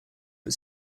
but